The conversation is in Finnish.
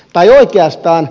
tai oikeastaan